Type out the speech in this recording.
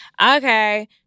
okay